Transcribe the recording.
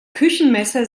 küchenmesser